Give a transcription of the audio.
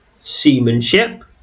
seamanship